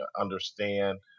understand